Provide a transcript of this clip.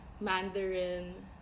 Mandarin